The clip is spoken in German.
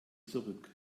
zurück